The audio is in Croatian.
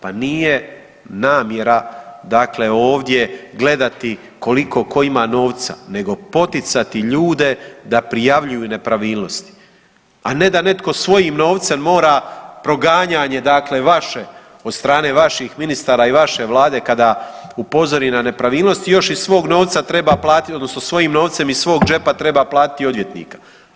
Pa nije namjera, dakle ovdje gledati koliko tko ima novca, nego poticati ljude da prijavljuju nepravilnosti, a ne da netko svojim novcem mora proganjanje, dakle vaše, od strane vaših ministara i vaše Vlade kada upozori na nepravilnosti još iz svog novca treba platiti, odnosno svojim novcem iz svog džepa treba platiti odvjetnika.